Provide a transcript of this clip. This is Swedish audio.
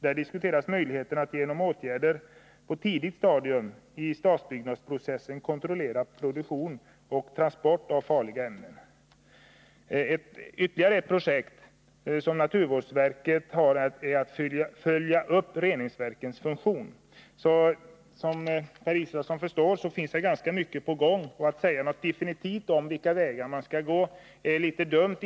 Här diskuteras möjligheten att genom åtgärder på ett tidigt stadium i stadsbyggnadsprocessen kontrollera produktion och transport av farliga ämnen. Ytterligare ett projekt, som handhas av naturvårdsverket, avser uppföljning av reningsverkens funktion. Som herr Israelsson förstår pågår ganska mycket. Att säga någonting definitivt om vilka vägar man bör gå är litet dumt.